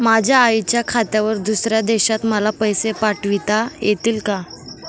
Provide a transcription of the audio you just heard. माझ्या आईच्या खात्यावर दुसऱ्या देशात मला पैसे पाठविता येतील का?